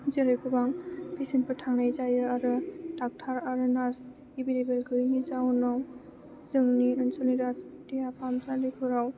जेरै गोबां पेसेन्टफोर थानाय जायो आरो डक्ट'र आरो नार्स एभैलेबोल गैयैनि जाहोनाव जोंनि ओनसोलनि देहा फाहामसालिफोराव